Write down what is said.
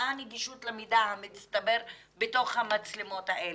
מה הנגישות למידע המצטבר בתוך המצלמות האלה?